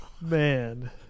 Man